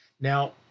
Now